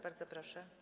Bardzo proszę.